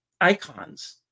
icons